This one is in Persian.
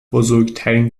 بزرگترین